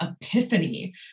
epiphany